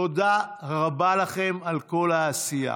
תודה רבה לכם על כל העשייה.